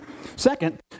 Second